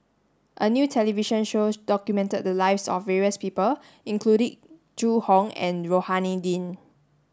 a new television show documented the lives of various people including Zhu Hong and Rohani Din